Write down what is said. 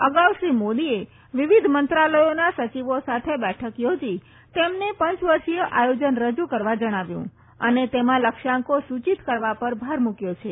અગાઉ શ્રી મોદીએ વિવિધ મંત્રાલયોના સચિવો સાથે બેઠક યોજી તેમને પંચવર્ષીય આયોજન રજૂ કરવા જણાવ્યું અને તેમાં લક્ષ્યાંકો સુચિત કરવા પર ભાર મૂક્યો છે